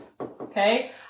Okay